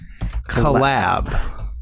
collab